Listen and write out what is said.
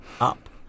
up